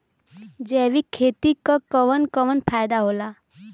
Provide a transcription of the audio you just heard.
जैविक खेती क कवन कवन फायदा होला?